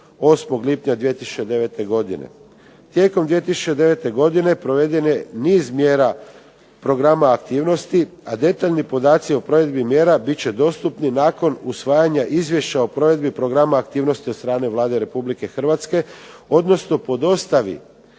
8. lipnja 2009. godine. Tijekom 2009. godine proveden je niz mjera programa aktivnosti, a detaljni podaci o provedbi mjera bit će dostupni nakon usvajanja Izvješća o provedbi programa aktivnosti od strane Vlade Republike Hrvatske, odnosno po dostavi